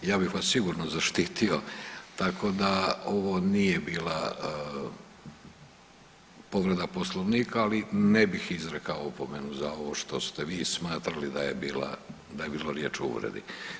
Ja bih vas sigurno zaštitio, tako da ovo nije bila povreda Poslovnika, ali ne bih izrekao opomenu za ovo što ste vi smatrali da je bilo riječ o uvredi.